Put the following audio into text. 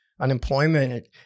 Unemployment